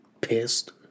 pissed